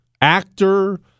actor